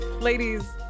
Ladies